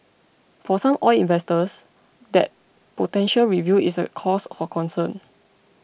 for some oil investors that potential review is a cause for concern